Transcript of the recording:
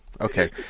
Okay